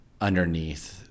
underneath